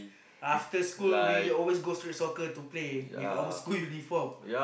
after school we always go street soccer to play with our school uniform